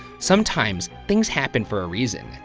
sometimes things happen for a reason,